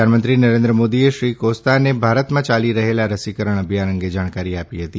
પ્રધાનમંત્રી નરેન્દ્ર મોદીએ શ્રી કોસ્તાને ભારતમાં યાલી રહેલા રસીકરણ અભિયાન અંગે જાણકારી આપી હતી